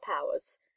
powers